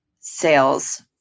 sales